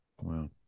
Wow